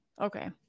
Okay